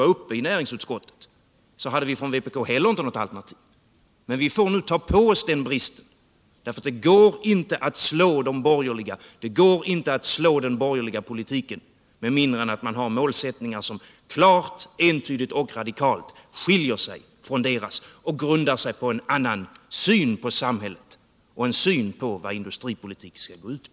Jag medger att inte heller vi från vpk hade något alternativ när denna fråga någon gång var uppe till behandling i näringsutskottet, och vi får nu ta på oss den försummelsen — för det går inte att slå ut den borgerliga politiken med mindre än att man har målsättningar som klart, entydigt och radikalt skiljer sig från denna och grundar sig på en annan syn på samhället och på vad industripolitik skall gå ut på.